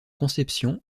concepción